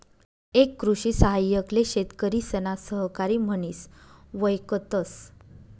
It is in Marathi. एक कृषि सहाय्यक ले शेतकरिसना सहकारी म्हनिस वयकतस